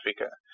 Africa